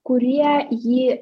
kurie jį